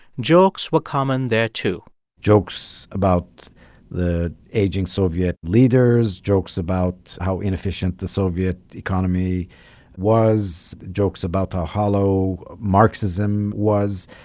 jokes were common there, too jokes about the aging soviet leaders, jokes about how inefficient the soviet economy was, jokes about how hollow marxism was.